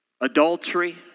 adultery